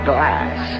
Glass